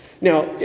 Now